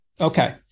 Okay